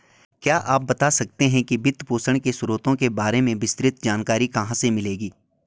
क्या आप बता सकते है कि वित्तपोषण के स्रोतों के बारे में विस्तृत जानकारी कहाँ से मिलेगी?